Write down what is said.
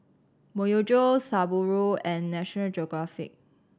Myojo Subaru and National Geographic